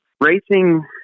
Racing